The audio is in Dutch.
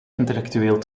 intellectueel